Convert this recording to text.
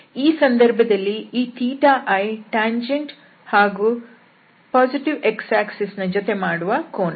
ಈ ಸಂದರ್ಭದಲ್ಲಿ ಈ i ಟ್ಯಾಂಜೆಂಟ್ ಧನಾತ್ಮಕ x ಅಕ್ಷರೇಖೆ ಯ ಜೊತೆ ಮಾಡುವ ಕೋನ